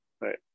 Right